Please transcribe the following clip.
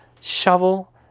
shovel